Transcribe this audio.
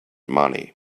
money